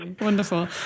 wonderful